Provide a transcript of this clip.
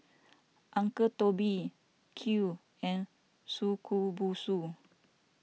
Uncle Toby Qoo and Shokubutsu